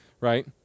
right